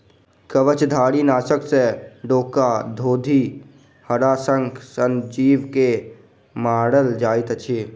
कवचधारीनाशक सॅ डोका, घोंघी, हराशंख सन जीव के मारल जाइत अछि